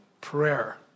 prayer